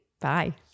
Bye